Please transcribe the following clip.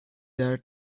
their